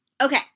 okay